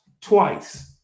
twice